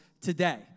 today